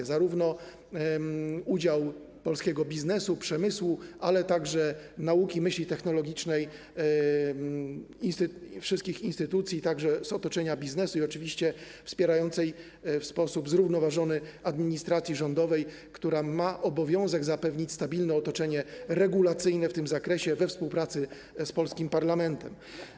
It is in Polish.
Chodzi zarówno o udział polskiego biznesu, przemysłu, jak i nauki oraz myśli technologicznej, wszystkich instytucji, także tych z otoczenia biznesu i oczywiście wspierającej to w sposób zrównoważony administracji rządowej, która ma obowiązek zapewnić stabilne otoczenie regulacyjne w tym zakresie, we współpracy z polskim parlamentem.